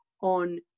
on